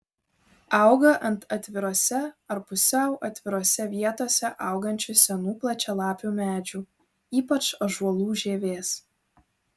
auga ant atvirose ar pusiau atvirose vietose augančių senų plačialapių medžių ypač ąžuolų žievės